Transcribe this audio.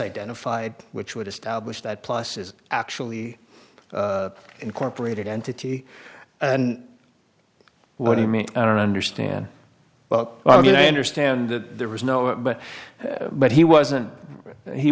identified which would establish that plus is actually incorporated entity what do you mean i don't understand i mean i understand that there was no it but but he wasn't he